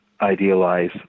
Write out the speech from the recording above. idealize